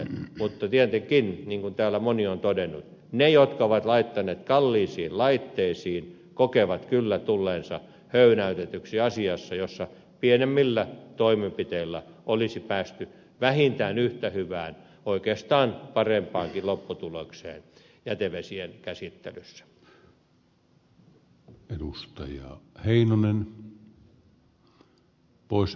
mutta tietenkin niin kuin täällä moni on todennut ne jotka ovat laittaneet rahaa kalliisiin laitteisiin kokevat kyllä tulleensa höynäytetyksi asiassa jossa pienemmillä toimenpiteillä olisi päästy vähintään yhtä hyvään oikeastaan parempaankin lopputulokseen jätevesien käsittelyssä